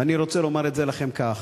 ואני רוצה לומר לכם את זה כך: